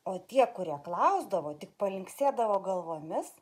o tie kurie klausdavo tik palinksėdavo galvomis